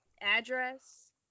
Address